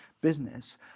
business